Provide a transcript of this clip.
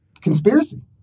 conspiracy